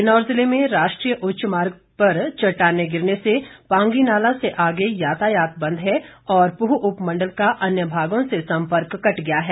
किन्नौर जिले में राष्ट्रीय उच्च मार्ग पर चट्टाने गिरने से पांगी नाला से आगे यातायात बंद है और पूह उपमंडल का अन्य भागों से संपर्क कट गया है